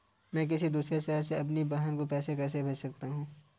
मैं किसी दूसरे शहर से अपनी बहन को पैसे कैसे भेज सकता हूँ?